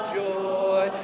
joy